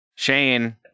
Shane